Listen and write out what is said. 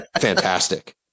fantastic